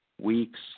weeks